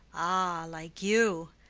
ah, like you.